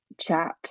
chat